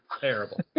Terrible